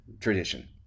tradition